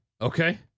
Okay